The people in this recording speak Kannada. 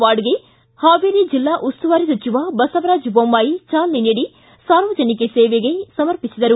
ವಾರ್ಡ್ಗೆ ಹಾವೇರಿ ಜಿಲ್ಲಾ ಉಸ್ತುವಾರಿ ಸಚಿವ ಬಸವರಾಜ್ ಬೊಮ್ಲಾಯಿ ಚಾಲನೆ ನೀಡಿ ಸಾರ್ವಜನಿಕ ಸೇವೆಗೆ ಸಮರ್ಪಿಸಿದರು